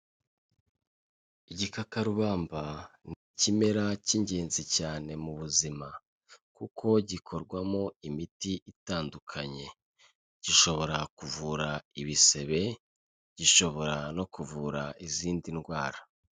Igikakarubamba ni ikimera cy'ingenzi cyane mu buzima kuko gikorwamo imiti itandukanye, gishobora kuvura ibisebe, gishobora no kuvura izindi ndwara.